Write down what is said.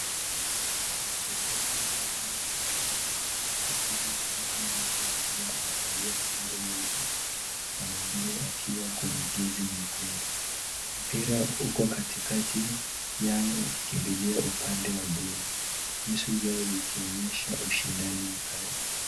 Wachezaji wawili wanachuana kwa kasi kubwa huku mmoja akiwa amevaa sare nyeupe na mwingine akiwa kwenye jezi nyekundu. Mpira uko katikati yao wakikimbilia upande wa goli. Nyuso zao zikionyesha ushindani mkali.